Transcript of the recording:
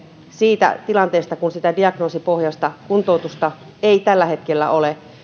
siitä että kun diagnoosipohjaista kuntoutusta ei tällä hetkellä ole